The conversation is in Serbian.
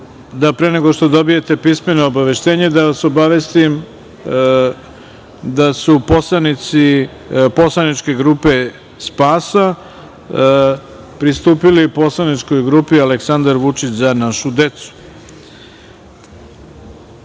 pre nego što dobijete pismeno obaveštenje, da vas obavestim da su poslanici poslaničke grupe SPAS pristupili poslaničkoj grupi "Aleksandar Vučić - Za našu